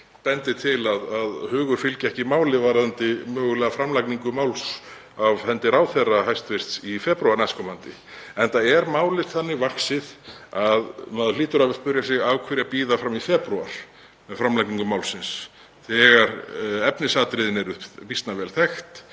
marki til að hugur fylgi ekki máli varðandi mögulega framlagningu máls af hendi hæstv. ráðherra í febrúar næstkomandi, enda er málið þannig vaxið að maður hlýtur að spyrja sig af hverju verið er að bíða fram í febrúar með framlagningu málsins þegar efnisatriðin eru býsna vel þekkt.